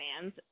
fans